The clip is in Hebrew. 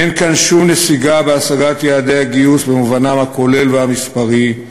אין כאן שום נסיגה בהשגת יעדי הגיוס במובנם הכולל והמספרי,